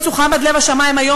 האגוזים שהיא קיבלה מהבית היהודי.